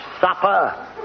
Supper